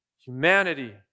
Humanity